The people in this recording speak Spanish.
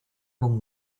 con